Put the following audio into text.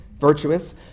virtuous